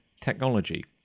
technology